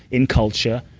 in culture,